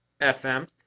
FM